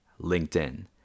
LinkedIn